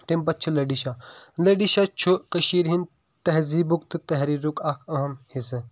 تَمہِ پَتہٕ چھُ لیٚڈیشاہ لیٚڑیشاہ چھُ کٔشیٖر ہُنٛد تٔہزیٖبُک تہٕ تحریٖرُک اکھ اَہم حصہٕ